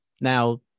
Now